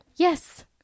Yes